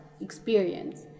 experience